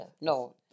No